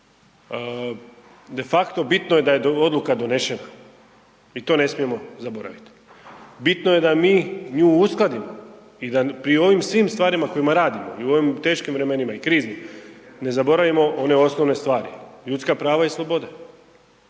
De facto bitno je da je odluka donešene i to ne smijemo zaboraviti. Bitno je da mi nju uskladimo i da pri ovim stvarima kojima radimo i u ovim teškim vremenima i kriznim ne zaboravimo one osnovne stvari, ljudska prava i slobode.